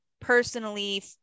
personally